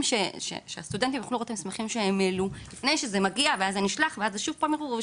שהם העלו לפני שזה מגיע ואז זה נשלח ואז זה שוב ערעור.